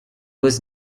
was